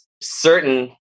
certain